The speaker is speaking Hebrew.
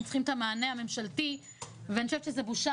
הם צריכים את המענה הממשלתי ואני חושבת שזו בושה